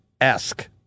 esque